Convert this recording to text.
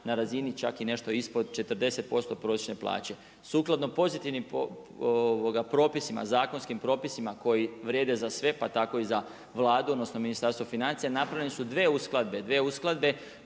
na razini čak i nešto ispod 40% prosječne plaće. Sukladno pozitivnim propisima, zakonskim propisima koji vrijede za sve pa tako i za Vladu, odnosno Ministarstvo financija, napravljene su dvije uskladbe,